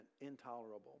intolerable